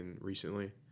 recently